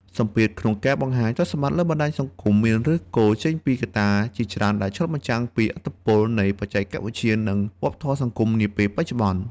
សម្ពាធក្នុងការបង្ហាញទ្រព្យសម្បត្តិលើបណ្តាញសង្គមមានឫសគល់ចេញពីកត្តាជាច្រើនដែលឆ្លុះបញ្ចាំងពីឥទ្ធិពលនៃបច្ចេកវិទ្យា និងវប្បធម៌សង្គមនាពេលបច្ចុប្បន្ន។